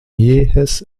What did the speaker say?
jähes